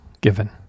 given